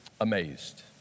Amazed